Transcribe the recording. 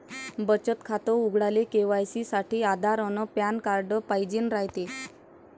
बचत खातं उघडाले के.वाय.सी साठी आधार अन पॅन कार्ड पाइजेन रायते